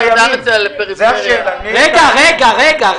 ניר, רגע.